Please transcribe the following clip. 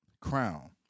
crown